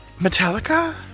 Metallica